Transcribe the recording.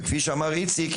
וכפי שאמר איציק,